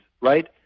right